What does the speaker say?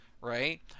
right